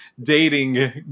dating